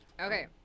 Okay